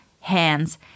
hands